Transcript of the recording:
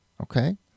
okay